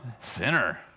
sinner